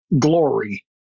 glory